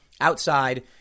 outside